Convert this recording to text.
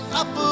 up